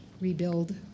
rebuild